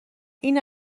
این